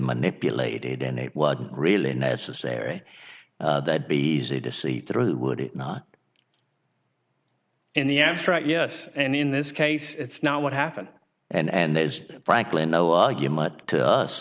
manipulated and it was really necessary that be easy to see through would it not in the abstract yes and in this case it's now what happened and there is frankly no argument to us